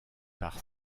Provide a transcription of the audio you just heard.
par